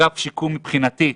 מבחינתי,